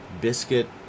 Biscuit